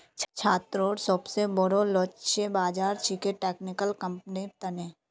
छात्रोंत सोबसे बोरो लक्ष्य बाज़ार छिके टेक्निकल कंपनिर तने